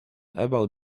about